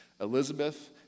Elizabeth